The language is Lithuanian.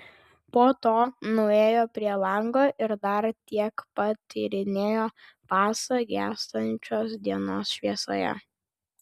po to nuėjo prie lango ir dar tiek pat tyrinėjo pasą gęstančios dienos šviesoje